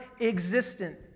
existent